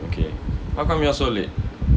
okay how come yours so late